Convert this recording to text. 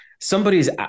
somebody's